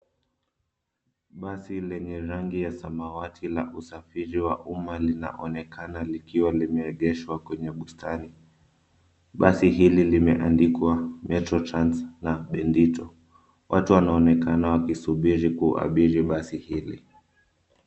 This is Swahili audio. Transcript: Basi lenye rangi ya samawati la usafiri wa umma linaonekana likiwa limeegeshwa kwenye bustani. Basi hili limeandikwa cs[metro trans]cs na cs[bendito]cs. Watu wanaonekana wakisubiri kuabiri gari hili.